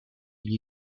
gli